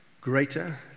Greater